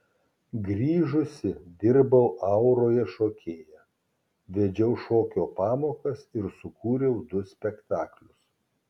grįžusi dirbau auroje šokėja vedžiau šokio pamokas ir sukūriau du spektaklius